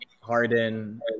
Harden